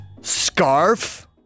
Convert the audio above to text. Scarf